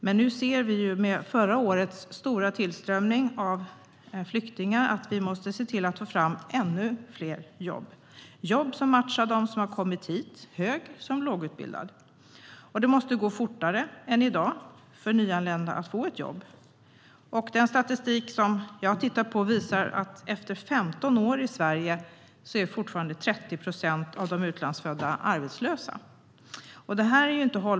Men nu ser vi med förra årets stora tillströmning av flyktingar att vi måste få fram ännu fler jobb. Det ska vara jobb som matchar dem som har kommit hit, hög som lågutbildad. Det måste gå fortare än i dag för nyanlända att få ett jobb. Den statistik som jag har tittat på visar att efter 15 år i Sverige är fortfarande 30 procent av de utlandsfödda arbetslösa.